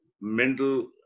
mental